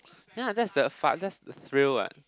yeah that's the fun that's thrill [what]